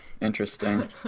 Interesting